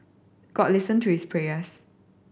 god listen to his prayers